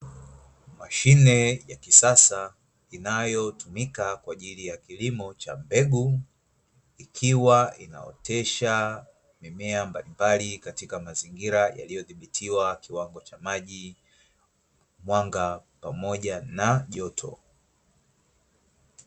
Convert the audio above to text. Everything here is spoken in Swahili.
Mashine ya kisasa inayotumika kwa ajli ya kilimo cha mbegu, ikiwa inaotesha mimea mbalimbali katika mazingira yaliyo dhibitiwa kiwango cha maji, mwanga pamoja na joto.